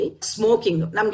smoking